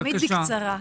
תמיד בקצרה.